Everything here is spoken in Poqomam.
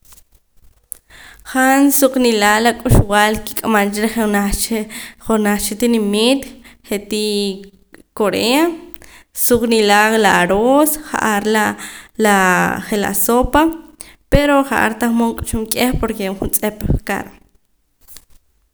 Han suq nila' la k'uxb'al kik'amam cha reh jenaj cha junaj cha tinimit je'tii corea suq nila' laa aroos ja'ar la laa je'la sopa pero ja'ar tahmood k'uxum k'eh porque juntz'ep caro